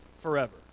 forever